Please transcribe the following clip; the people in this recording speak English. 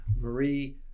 Marie